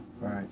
Right